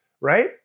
right